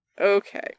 Okay